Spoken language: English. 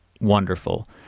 wonderful